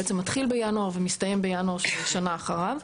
בעצם מתחיל בינואר ומסתיים בינואר של שנה אחריו.